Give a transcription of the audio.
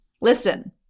Listen